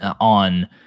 on